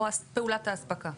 או פעולת ההספקה?